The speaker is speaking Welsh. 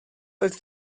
oedd